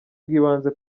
bwibanze